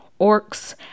orcs